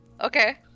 okay